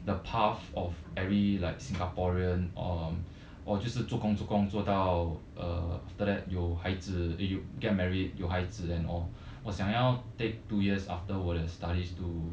the path of every like singaporean or or 就是做工做工做到 uh after that 有孩子 you get married 有孩子 and all 我想要 take two years after 我的 studies to